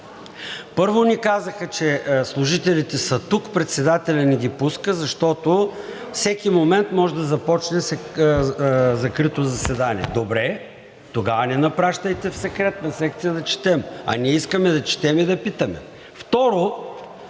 Първо ни казаха, че служителите са тук, председателят не ги пуска, защото всеки момент може да започне закрито заседание. Добре! Тогава не ни пращайте в Секретна секция да четем. Ние искаме да четем и да питаме. Второ,